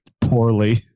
Poorly